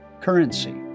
currency